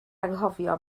anghofio